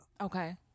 Okay